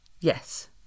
Yes